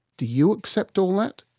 do you accept all that?